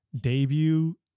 debut